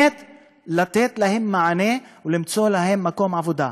לתת להם מענה ולמצוא להם מקום עבודה,